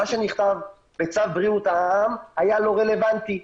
מה שנכתב בצו בריאות העם היה לא רלבנטי.